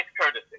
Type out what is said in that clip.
courtesy